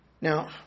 Now